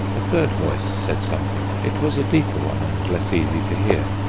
a third voice said something it was a deeper one and less easy to hear.